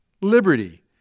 Liberty